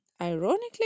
Ironically